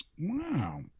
Wow